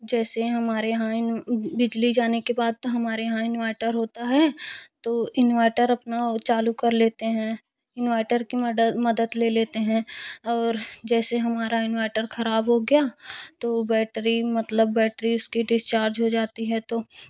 जैसे हमारे यहाँ बिजली जाने के बाद हमारे यहाँ इनवर्टर होता है तो इनवर्टर अपना चालू कर लेते हैं इनवर्टर की मदद ले लेते हैं और जैसे हमारा इनवर्टर ख़राब हो गया तो बैटरी मतलब बैटरी इसकी डिस्चार्ज हो जाती है तो